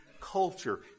culture